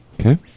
Okay